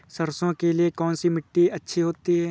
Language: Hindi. सरसो के लिए कौन सी मिट्टी अच्छी होती है?